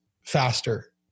faster